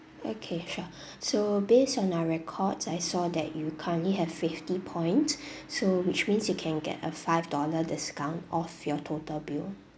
okay sure so based on our records I saw that you currently have fifty points so which means you can get a five dollar discount off your total bill